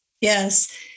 yes